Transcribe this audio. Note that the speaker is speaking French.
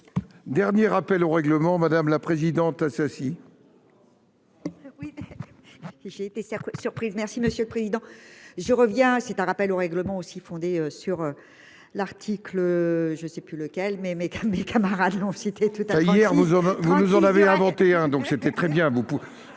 Dernier rappel au règlement, madame la présidente Assassi. Oui mais. J'ai été surprise. Merci Monsieur le Président je reviens c'est un rappel au règlement aussi fondé sur. L'article je sais plus lequel. Mais mais quand mes camarades blond cité tout. Hier nous avons vous nous en avait inventé hein donc c'était très bien,